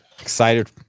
excited